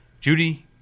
judy